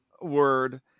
word